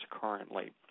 currently